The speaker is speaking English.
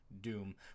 Doom